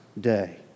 day